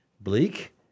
bleak